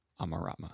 Amaratma